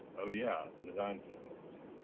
oh yeah, design systems.